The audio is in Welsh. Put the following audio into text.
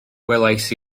gwelais